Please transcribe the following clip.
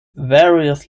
various